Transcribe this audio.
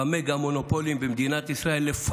במגה-מונופולים במדינת ישראל ללא פחד,